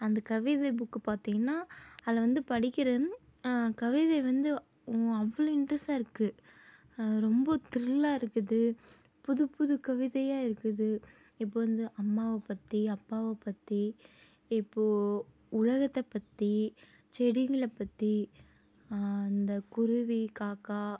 அந்த கவிதை புக்கு பார்த்திங்கன்னா அதில் வந்து படிக்கிறேன் கவிதை வந்து அவ்வளோ இன்ட்ரெஸ்ட்டாக இருக்குது ரொம்ப த்ரில்லாக இருக்குது புதுப்புது கவிதையாக இருக்குது இப்போது வந்து அம்மாவை பற்றி அப்பாவை பற்றி இப்போது உலகத்தை பற்றி செடிங்களை பற்றி இந்த குருவி காக்கா